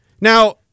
Now